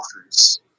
offers